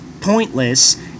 pointless